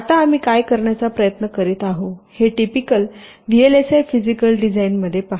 आता आम्ही काय करण्याचा प्रयत्न करीत आहोत हे टिपिकल व्हीएलएसआय फिजिकल डिझाइन मध्ये पहा